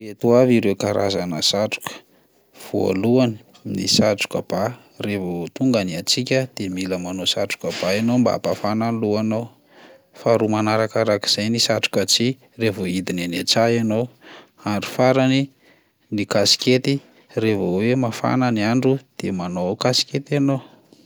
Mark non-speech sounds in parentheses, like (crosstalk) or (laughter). Ireto avy ireo karazana satroka: voalohany, ny satroka ba, raha vao tonga ny hatsiaka de mila manao satroka ba ianao (noise) mba hampafana ny lohanao; faharoa manarakarak'izay ny satroka tsihy raha vao hidina eny an-tsaha ianao; ary farany, ny kaskety raha vao hoe mafana ny andro de manao kaskety ianao.